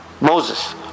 Moses